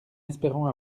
espérant